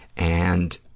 and